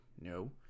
no